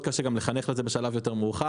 מאוד קשה גם לחנך לזה בשלב יותר מאוחר,